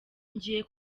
ngiye